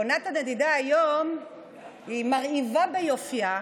עונת הנדידה היום היא מרהיבה ביופייה.